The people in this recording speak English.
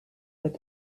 that